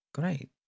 great